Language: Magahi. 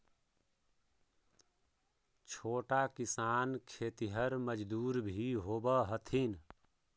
छोटा किसान खेतिहर मजदूर भी होवऽ हथिन